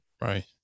Right